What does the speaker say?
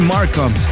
Markham